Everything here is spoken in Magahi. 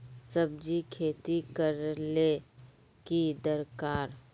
सब्जी खेती करले ले की दरकार?